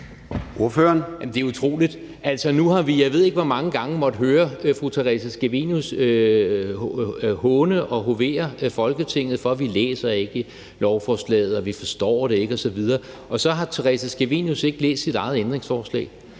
Det er jo utroligt. Nu har vi, jeg ved ikke hvor mange gange måttet høre fru Theresa Scavenius hovere over for Folketinget og håne Folketinget for, at vi ikke læser lovforslaget, og at vi ikke forstår det osv., og så har Theresa Scavenius ikke læst sit eget ændringsforslag